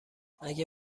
اگه